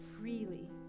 freely